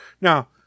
now